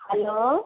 hello